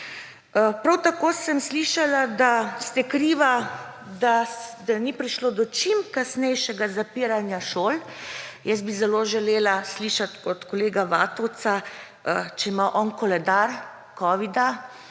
Prav tako sem slišala, da ste krivi, da ni prišlo do čim kasnejšega zapiranja šol. Jaz bi zelo želela slišati od kolega Vatovca, če ima on koledar covida,